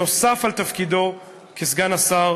נוסף על תפקידו כסגן שר